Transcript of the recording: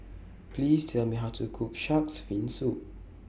Please Tell Me How to Cook Shark's Fin Soup